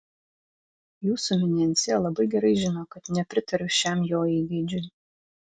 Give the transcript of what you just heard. jūsų eminencija labai gerai žino kad nepritariu šiam jo įgeidžiui